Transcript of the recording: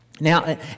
Now